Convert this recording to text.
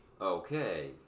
okay